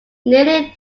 nearly